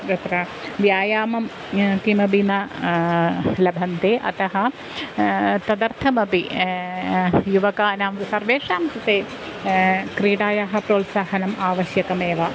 तत्र व्यायामं किमपि न लभ्यन्ते अतः तदर्थमपि युवकानां सर्वेषां कृते क्रीडायाः प्रोत्साहनम् आवश्यकमेव